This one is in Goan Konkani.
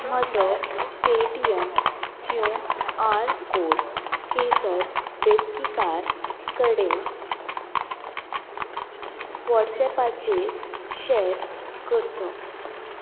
म्हजो पेटीएम क्यूं आर कोड केसर बेतकीकार कडेन वॉट्सऍपाचेर शॅर करचो